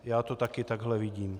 Já to taky takhle vidím.